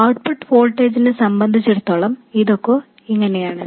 output വോൾട്ടേജിനെ സംബന്ധിച്ചിടത്തോളം ഇതൊക്കെ ഇങ്ങനെയാണ്